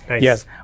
Yes